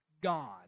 god